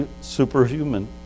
superhuman